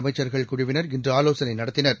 அமைச்சர்கள் குழுவினர் இன்று ஆலோசனை நடத்தினர்